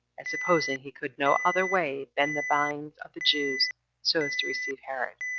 as supposing he could no other way bend the minds of the jews so as to receive herod,